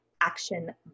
action